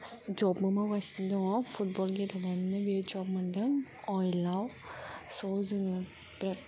ज'बबो मावगासिनो दङ फुटब'ल गेलेनानैनो बियो ज'ब मोनदों अइलाव स' जोङो बेराद